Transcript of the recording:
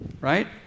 right